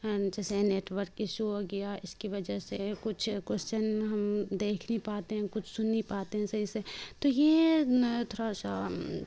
جیسے network issue ہو گیا اس کی وجہ سے کچھ کوسچن ہم دیکھ نہیں پاتے ہیں کچھ سن نہیں پاتے ہیں صحیح سے تو یہ تھوڑا سا